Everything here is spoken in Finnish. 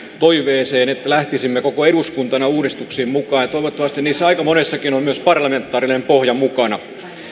toiveeseen että lähtisimme koko eduskuntana uudistuksiin mukaan toivottavasti niissä aika monessa on myös parlamentaarinen pohja mukana